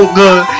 good